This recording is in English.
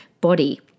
body